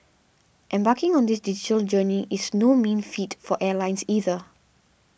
embarking on this digital journey is no mean feat for airlines either